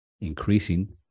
increasing